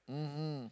mmhmm